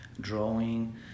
drawing